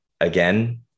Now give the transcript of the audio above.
again